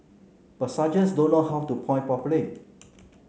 but sergeants don't know how to point properly